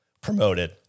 Promoted